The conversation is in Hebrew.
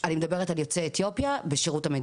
יוצאי אתיופיה?